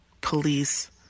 police